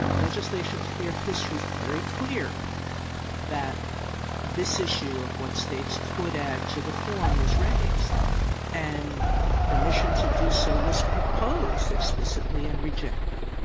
legislation history is very clear that this issue of what states could add to the form was raised and permission to do so was proposed explicitly and rejected.